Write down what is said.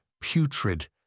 putrid